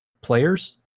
players